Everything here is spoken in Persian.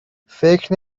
فکر